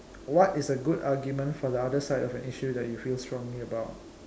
what is a good argument for the other side of an issue that you feel strongly about